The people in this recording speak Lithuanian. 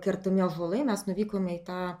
kertami ąžuolai mes nuvykome į tą